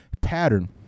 pattern